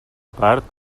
part